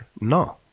No